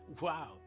Wow